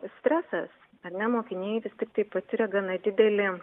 stresas ar ne mokiniai vis tiktai patiria gana didelį